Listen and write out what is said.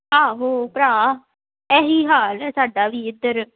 ਆਹੋ ਭਰਾ ਇਹੀ ਹਾਲ ਆ ਸਾਡਾ ਵੀ ਇੱਧਰ